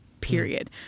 period